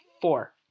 four